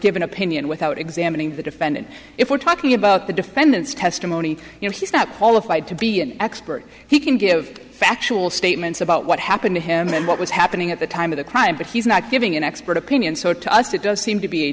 give an opinion without examining the defendant if we're talking about the defendant's testimony he's not qualified to be an expert he can give factual statements about what happened to him and what was happening at the time of the crime but he's not giving an expert opinion so to us it does seem to be a